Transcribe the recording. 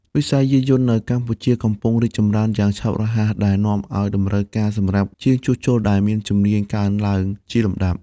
វិស័យយានយន្តនៅកម្ពុជាកំពុងរីកចម្រើនយ៉ាងឆាប់រហ័សដែលនាំឱ្យតម្រូវការសម្រាប់ជាងជួសជុលដែលមានជំនាញកើនឡើងជាលំដាប់។